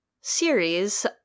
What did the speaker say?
series